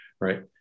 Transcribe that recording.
right